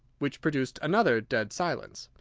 which produced another dead silence.